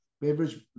beverage